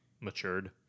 matured